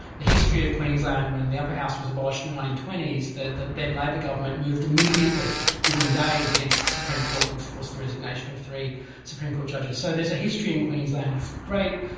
the history of queensland, when the upper house was abolished in the nineteen twenty s, the then labor government moved immediately within days against the supreme court and forced the resignation of three supreme court judges. so there's a history in queensland of great,